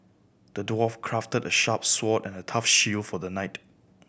the dwarf crafted a sharp sword and a tough shield for the knight